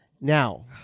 Now